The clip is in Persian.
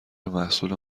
محصول